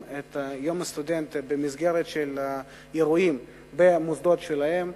את יום הסטודנט במסגרת האירועים במוסדות שלהם.